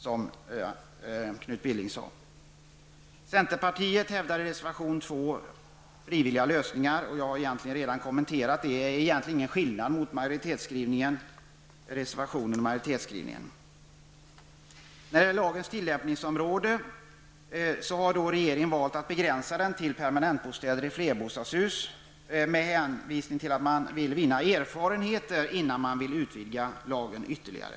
Men det är ju vad Knut Billing sade att de skulle vara. I reservation 2 hävdar centerpartiet frivilliga lösningar. Jag har redan kommenterat den saken. Det finns egentligen inte någon skillnad mellan reservationen och majoritetens skrivning. Beträffande lagens tillämpningsområde har regeringen valt en begränsning till permanentbostäder i flerbostadshus, med hänvisning till att man vill vinna erfarenheter innan man är beredd att utvidga lagen ytterligare.